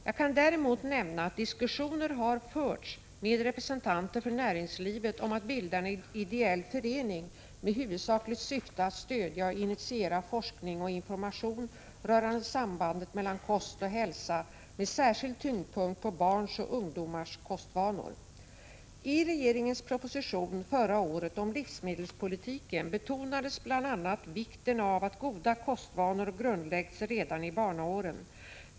Jag kan däremot nämna att diskussioner har förts med representanter för näringslivet om att bilda en ideell förening med huvudsakligt syfte att stödja och initiera forskning och information rörande sambandet mellan kost och hälsa med särskild tyngdpunkt på barns och ungdomars kostvanor. I regeringens proposition förra året om livsmedelspolitiken betonades bl.a. vikten av att goda kostvanor grundläggs redan i barnaåren.